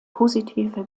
positive